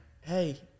Hey